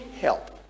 help